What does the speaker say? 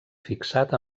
fixat